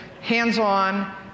hands-on